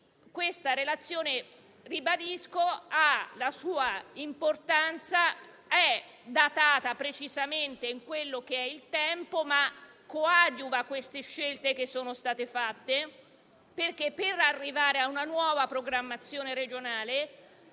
che la relazione in esame ha la sua importanza, è datata precisamente nel tempo, ma coadiuva le scelte che sono state fatte, perché per arrivare a una nuova programmazione regionale